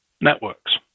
networks